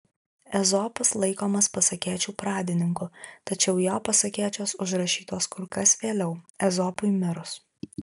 ezopas laikomas pasakėčių pradininku tačiau jo pasakėčios užrašytos kur kas vėliau ezopui mirus